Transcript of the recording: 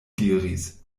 diris